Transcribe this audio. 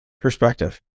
Perspective